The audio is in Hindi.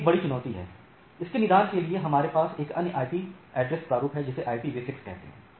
यह एक बड़ी चुनौती है जिसके निदान के लिए हमारे पास एक अन्य आईपी ऐड्रेस प्रारूप है जिसे ipv6 कहते हैं